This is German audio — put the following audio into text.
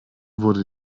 wurde